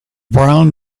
brown